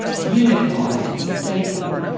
unified and stable.